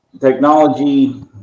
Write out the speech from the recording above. technology